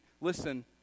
Listen